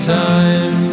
time